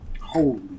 Holy